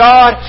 God